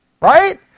Right